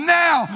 now